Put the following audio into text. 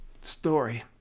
story